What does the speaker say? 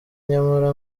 nyamara